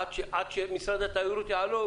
עד שמשרד התיירות יענו,